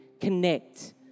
connect